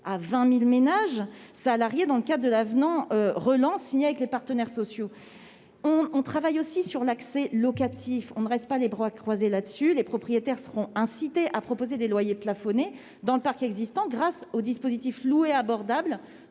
à 20 000 ménages salariés, dans le cadre de l'avenant « relance » signé avec les partenaires sociaux. Nous travaillons en parallèle sur l'accès locatif ; nous ne restons pas les bras croisés sur ce sujet. Les propriétaires seront ainsi incités à proposer des loyers plafonnés dans le parc existant, grâce au dispositif « Louer abordable